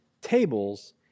tables